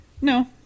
No